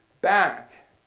back